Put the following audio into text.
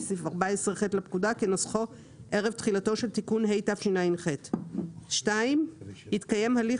סעיף 14ח לפקודה כנוסחו ערב תחילתו של תיקון התשע"ח; התקיים הליך